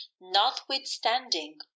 notwithstanding